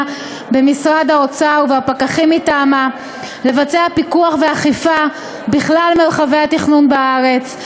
במשרד האוצר והפקחים מטעמה לבצע פיקוח ואכיפה בכלל מרחבי התכנון בארץ,